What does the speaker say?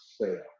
sale